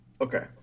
Okay